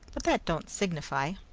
but that don't signify.